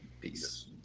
Peace